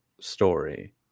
story